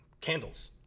candles